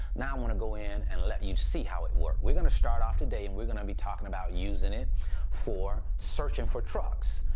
now i'm gonna go in and let you see how it works. we're gonna start off today and we're gonna be talking about using it for searching for trucks.